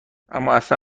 امااصلا